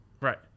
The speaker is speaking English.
Right